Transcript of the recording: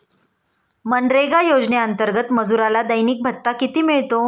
मनरेगा योजनेअंतर्गत मजुराला दैनिक भत्ता किती मिळतो?